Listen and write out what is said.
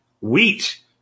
Wheat